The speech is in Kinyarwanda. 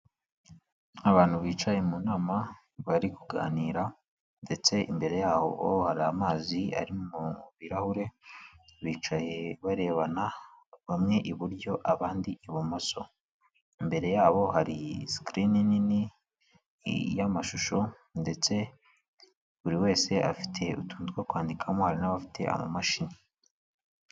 Abantu bicaye mu nama bari kuganira ndetse imbere yaboho hari amazi ari mu birahure, bicaye barebana bamwe iburyo abandi ibumoso. Imbere yabo hari screen nini, iy'amashusho ndetse buri wese afite utuntu two kwandikamo, hari n'abafite amamashini.